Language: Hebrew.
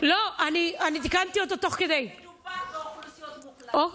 לגופו של עניין,